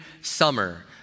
summer